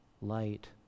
light